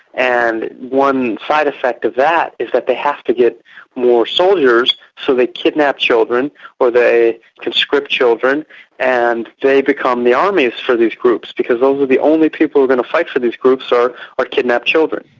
and one side effect of that is that they have to get more soldiers, so they kidnap children or they conscript children and they become the armies for these groups, because those are the only people who are going to fight for these groups are are kidnapped children.